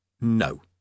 No